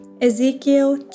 Ezekiel